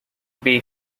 bay